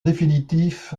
définitif